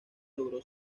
logró